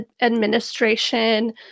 administration